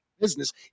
business